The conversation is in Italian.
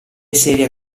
serie